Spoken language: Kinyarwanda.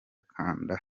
kanda